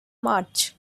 march